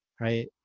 right